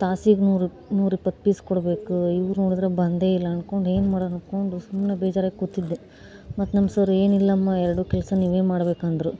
ತಾಸಿಗೆ ನೂರು ನೂರಿಪ್ಪತ್ತು ಪೀಸ್ ಕೊಡಬೇಕು ಇವ್ರು ನೋಡಿದರೆ ಬಂದೇ ಇಲ್ಲ ಅಂದ್ಕೊಂಡು ಏನು ಮಾಡೋದು ಅಂದ್ಕೊಂಡು ಸುಮ್ಮನೆ ಬೇಜಾರಾಗಿ ಕೂತಿದ್ದೆ ಮತ್ತು ನಮ್ಮ ಸರ್ ಏನಿಲ್ಲಮ್ಮ ಎರಡು ಕೆಲಸ ನೀವೇ ಮಾಡ್ಬೇಕೆಂದರು